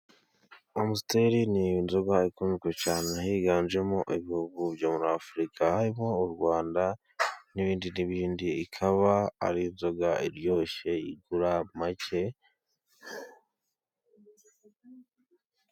Amusiteri ni nzoga ikunzwe cyane, higanjemo ibihugu byo muri afurika harimo u Rwanda n'ibindi n'ibindi ikaba ari inzoga iryoshye igura make.